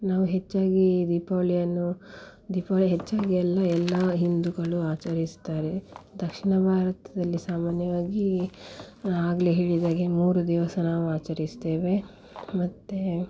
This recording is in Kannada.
ನಾವು ಹೆಚ್ಚಾಗಿ ದೀಪಾವಳಿಯನ್ನು ದೀಪಾವಳಿ ಹೆಚ್ಚಾಗಿ ಎಲ್ಲ ಎಲ್ಲ ಹಿಂದೂಗಳು ಆಚರಿಸ್ತಾರೆ ದಕ್ಷಿಣ ಭಾರತದಲ್ಲಿ ಸಾಮಾನ್ಯವಾಗಿ ಆಗಲೇ ಹೇಳಿದ್ಹಾಗೆ ಮೂರು ದಿವಸ ನಾವು ಆಚರಿಸ್ತೇವೆ ಮತ್ತು